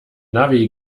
navi